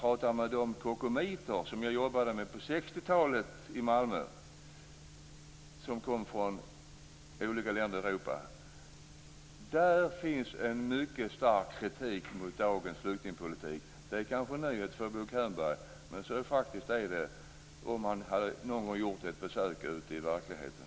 Hos de kockumiter som jag jobbade med på 60-talet i Malmö och som kom från olika länder finns det en mycket stark kritik mot dagens flyktingpolitik. Det är kanske en nyhet för Bo Könberg, men så är det, om han någon gång har gjort ett besök ute i verkligheten.